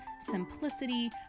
simplicity